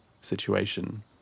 situation